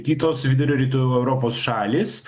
kitos vidurio rytų europos šalys